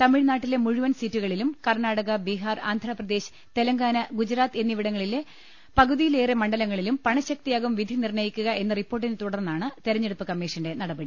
തമിഴ്നാട്ടിലെ മുഴുവൻ സീറ്റുകളിലും കർണ്ണാ ടക ബീഹാർ ആന്ധ്രപ്രദേശ് തെലുങ്കാന ഗുജറാത്ത് എന്നിവിടങ്ങളിലെ പകുതിയിലേറെ മണ്ഡലങ്ങളിലും പ്രണശക്തിയാകും വിധിനിർണ്ണയിക്കുക എന്ന റിപ്പോർട്ടിനെ തുടർന്നാണ് തെരഞ്ഞെടുപ്പു കമ്മീഷന്റെ നടപടി